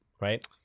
Right